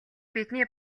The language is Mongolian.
бидний